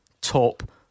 Top